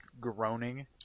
groaning